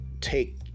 take